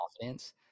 confidence